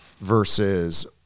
versus